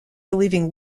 believing